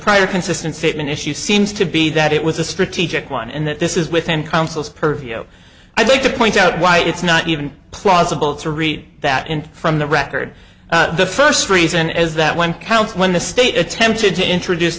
prior consistent statement issue seems to be that it was a strategic one and that this is within counsel's purview i think to point out why it's not even plausible to read that in from the record the first reason is that one counts when the state attempted to introduce